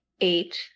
eight